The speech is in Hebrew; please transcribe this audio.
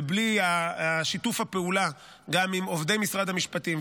ובלי שיתוף הפעולה גם עם עובדי משרד המשפטים,